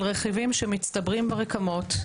מגמה של רכיבים שמצטברים ברקמות,